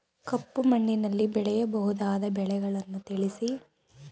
ಕಪ್ಪು ಮಣ್ಣಿನಲ್ಲಿ ಬೆಳೆಯಬಹುದಾದ ಬೆಳೆಗಳನ್ನು ತಿಳಿಸಿ?